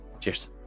Cheers